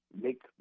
make